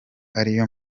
ariyo